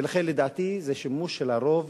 ולכן, לדעתי, זה שימוש של הרוב